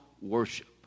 worship